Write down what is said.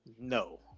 No